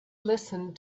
listened